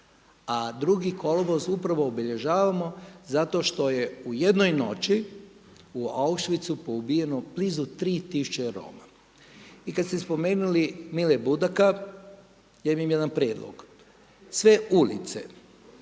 A 2. kolovoz upravo obilježavamo zato što je u jednoj noći u Auschwitzu poubijeno blizu 3 tisuće Roma. I kada ste spomenuli Mile Budaka, ja imam jedan prijedlog, sve ulice,